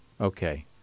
Okay